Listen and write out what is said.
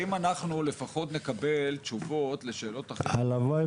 האם אנחנו לפחות נקבל תשובות לשאלות אחרות --- הלוואי